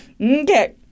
Okay